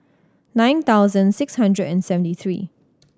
nine thousand six hundred and seventy three